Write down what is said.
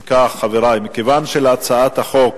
אם כך, חברי, מכיוון שלהצעת החוק